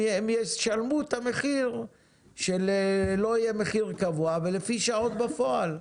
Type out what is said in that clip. הם ישלמו את המחיר שלא יהיה מחיר קבוע ולפי שעות בפועל.